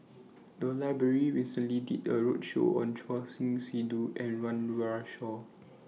The Library recently did A roadshow on Choor Singh Sidhu and Run Run Shaw